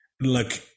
Look